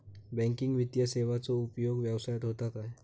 Banking वित्तीय सेवाचो उपयोग व्यवसायात होता काय?